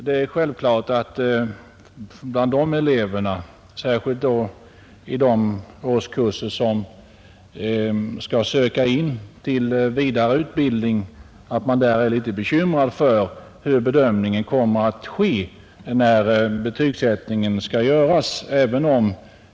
Det är självklart att man bland eleverna, särskilt då i de årskurser som skall söka in till vidare utbildning, är bekymrad över hur bedömningen kommer att ske när betygsättningen skall göras.